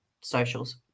socials